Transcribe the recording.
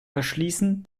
verschließen